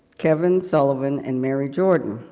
keven sullivan, and mary jordan,